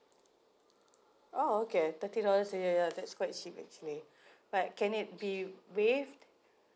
oh okay thirty dollars ya ya ya that's quite cheap actually right can it be waived